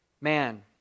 Man